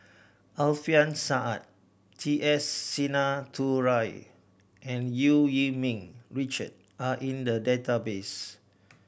Alfian Sa'at T S Sinnathuray and Eu Yee Ming Richard are in the database